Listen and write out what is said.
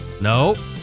No